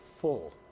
full